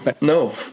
no